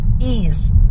ease